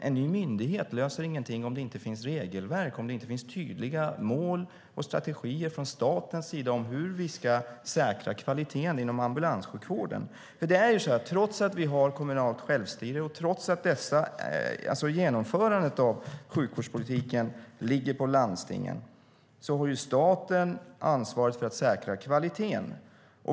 En ny myndighet löser ingenting om det inte finns regelverk samt tydliga mål och strategier från statens sida för hur vi ska säkra kvaliteten inom ambulanssjukvården. Trots att vi har kommunalt självstyre och trots att genomförandet av sjukvårdspolitiken är landstingens ansvar är det staten som har ansvaret för att säkra kvaliteten.